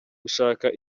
gushaka